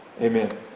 Amen